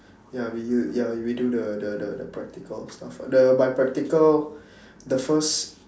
ya we you ya we do the the the practical stuff the by practical the first